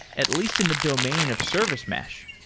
at least in the domain of service mesh.